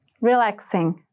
Relaxing